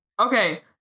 okay